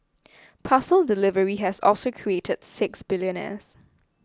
parcel delivery has also created six billionaires